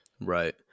Right